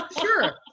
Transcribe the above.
sure